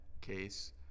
case